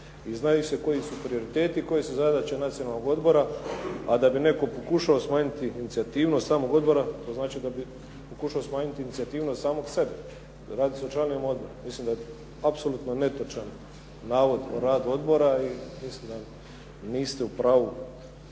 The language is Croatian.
I znaju se koji su prioriteti, koje su zadaće nacionalnog odbora a da bi netko pokušao smanjiti inicijativnost samog odbora, to znači da bi pokušao smanjiti inicijativnost samog sebe. Radi se o članovima odbora. Mislim da je apsolutno netočan netočan navod o radu odbora i mislim da niste u pravu